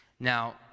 Now